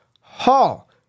Hall